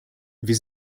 wir